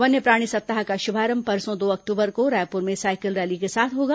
वन्यप्राणी सप्ताह का शुभारंभ परसों दो अक्टूबर को रायपुर में सायकल रैली के साथ होगा